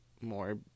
more